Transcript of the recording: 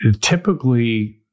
Typically